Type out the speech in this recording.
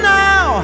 now